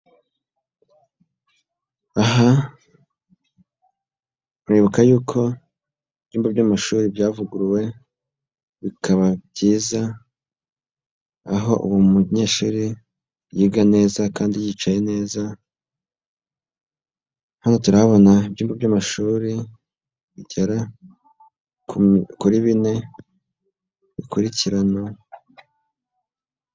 Aha muribuka yuko ibyumba by'amashuri byavuguruwe bikaba byiza, aho ubu umunyeshuri yiga neza kandi yicaye neza, hano turahabona ibyumba by'amashuri bigera kuri bine bikurikirana.